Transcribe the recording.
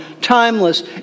timeless